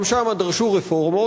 גם שם דרשו רפורמות,